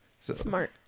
Smart